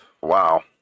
Wow